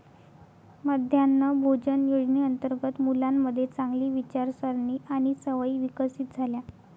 मध्यान्ह भोजन योजनेअंतर्गत मुलांमध्ये चांगली विचारसारणी आणि सवयी विकसित झाल्या